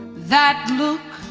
that look